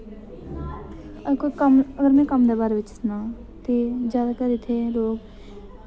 अगर कोई कम्म अगर में कम्म दे बारे बिच सनां ते जैदा इत्थै लोक